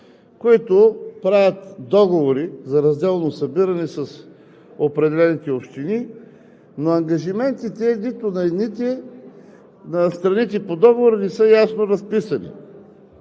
които правят договори за разделно събиране с определените общини, но ангажиментите на страните по договора не са ясно разписани.